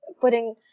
putting